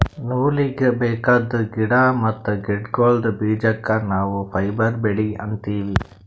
ನೂಲೀಗಿ ಬೇಕಾದ್ ಗಿಡಾ ಮತ್ತ್ ಗಿಡಗೋಳ್ದ ಬೀಜಕ್ಕ ನಾವ್ ಫೈಬರ್ ಬೆಳಿ ಅಂತೀವಿ